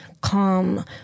calm